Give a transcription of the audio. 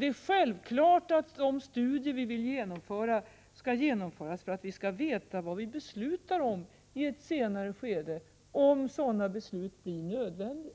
Det är självklart att de studier vi vill genomföra skall genomföras för att vi skall veta vad vi beslutar tom i ett senare skede, om sådana beslut blir nödvändiga.